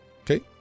Okay